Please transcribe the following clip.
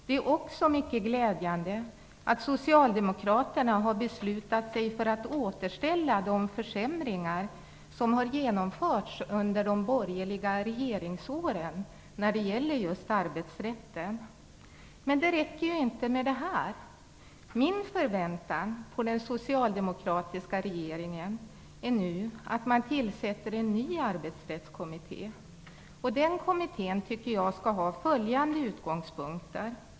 Det är också mycket glädjande att Socialdemokraterna har beslutat sig för att avveckla de försämringar som har gjorts under de borgerliga regeringsåren när det gäller just arbetsrätten. Men det räcker inte med det här. Min förväntan på den socialdemokratiska regeringen är nu att man tillsätter en ny arbetsrättskommitté, som skall ha följande utgångspunkter.